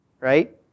Right